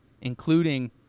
Including